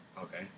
okay